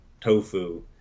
tofu